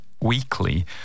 weekly